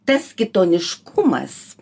tas kitoniškumas